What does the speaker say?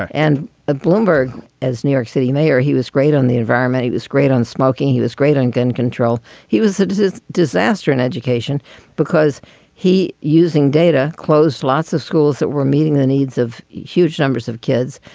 and a bloomberg as new york city mayor, he was great on the environment. he was great on smoking. he was great on gun control. he was it was his disaster and education because he using data closed. lots of schools that were meeting the needs of huge numbers of kids,